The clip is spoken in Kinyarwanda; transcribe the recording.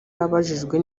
abajijwe